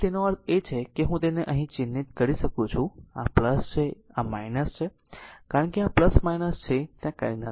તેથી તેનો અર્થ એ છે કે હું તેને અહીં ચિહ્નિત કરી શકું છું આ છે અને આ છે કારણ કે આ છે ત્યાં કંઈ નથી